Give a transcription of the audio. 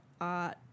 art